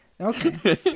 Okay